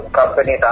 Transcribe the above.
company